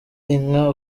inka